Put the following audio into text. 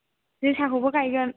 जोसाखौबो गायगोन